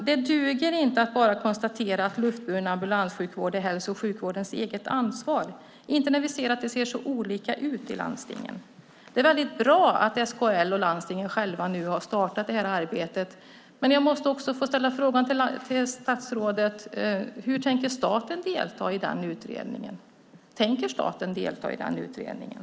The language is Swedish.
Det duger inte att bara konstatera att luftburen ambulanssjukvård är hälso och sjukvårdens eget ansvar - inte när vi vet att det ser så olika ut i landstingen. Det är väldigt bra att SKL och landstingen själva nu har startat det här arbetet, men jag måste få ställa frågan till statsrådet: Hur tänker staten delta i den utredningen? Tänker staten delta i den utredningen?